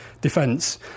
defence